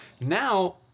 Now